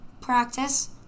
practice